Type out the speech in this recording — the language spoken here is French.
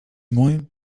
moins